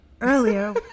earlier